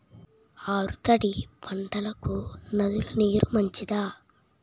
ఆరు తడి పంటలకు నదుల నీరు మంచిదా?